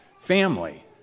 family